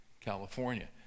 California